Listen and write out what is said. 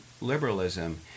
liberalism